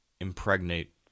impregnate